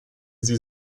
sie